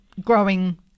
growing